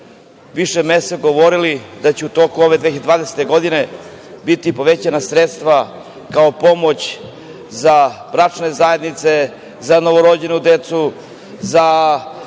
više meseci govorili da će u toku ove 2020. godine biti povećana sredstva kao pomoć za bračne zajednice, za novorođenu decu, za